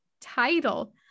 title